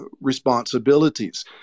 responsibilities